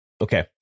okay